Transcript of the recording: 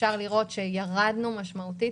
אפשר לראות שירדנו משמעותית,